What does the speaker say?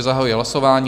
Zahajuji hlasování.